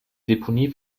deponie